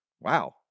Wow